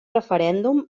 referèndum